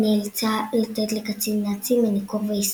היא נאלצה לתת לקצין נאצי מניקור ועיסוי.